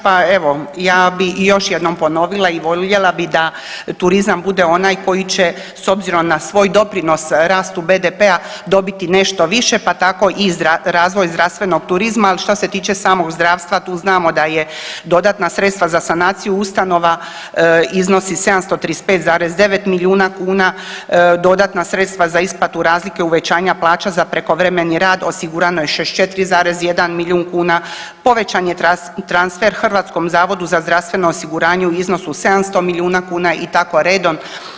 Pa evo, ja bi još jednom ponovila i voljela bi da turizam bude onaj koji će s obzirom na svoj doprinos rastu BDP-a dobiti nešto više, pa tako i razvoj zdravstvenog turizma, al šta se tiče samog zdravstva tu znamo da je dodatna sredstva za sanaciju ustanova iznosi 735,9 milijuna kuna, dodatna sredstva za isplatu razlike uvećanja plaća za prekovremeni rad osigurano je 64,1 milijun kuna, povećan je transfer HZZO u iznosu od 700 milijuna kuna i tako redom.